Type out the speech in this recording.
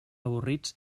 avorrits